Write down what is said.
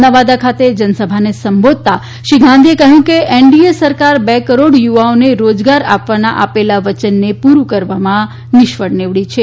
નવાદા ખાતે જનસભાને સંબોધતા શ્રી ગાંધીએ કહ્યું કે એનડીએ સરકારે બે કરોડ યુવાઓને રોજગાર આપવાના આપેલા વચનને પુરૃં કરવામાં નિષ્ફળ નીવડી છે